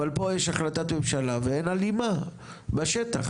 אבל פה יש החלטות ממשלה ואין הלימה בשטח.